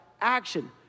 action